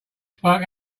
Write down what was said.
spoke